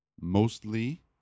mostly